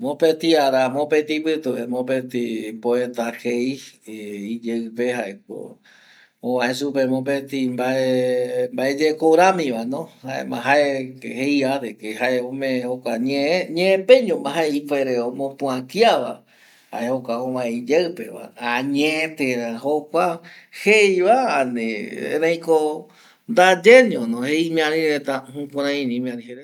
Mopeti ara mopeti pitu mopeti poeta jei iyeipe jaeko ovae supe mbae oyekovaera rami va jaema jae jeiva jae ome jokua ñe pe iñova jae ipuere omopua kiava jae jokua ovae iyeipe va, añete ra jae jeiva erei ko ndye ño jae imiari reta va jukurei imiari reta.